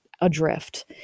adrift